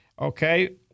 okay